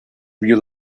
real